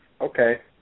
Okay